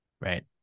right